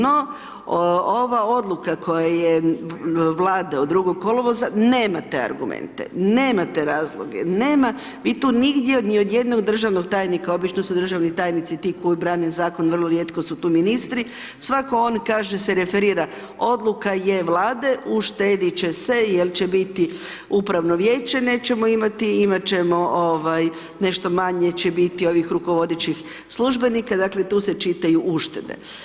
No, ova Odluka koja je Vlada od 02. kolovoza nema te argumente, nema te razloge, nema, vi tu nigdje ni od jednog državnog tajnika, obično su državni tajnici ti koji brane Zakon, vrlo rijetko su tu ministri, svako on kaže, se referira Odluka je Vlade, uštedit će se, jer će biti upravno vijeće nećemo imati, imat ćemo ovaj, nešto manje će biti ovih rukovodećih službenika, dakle tu se čitaju uštede.